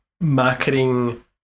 marketing